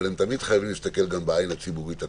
אבל הם תמיד חייבים להסתכל גם בעין הציבורית הכוללת.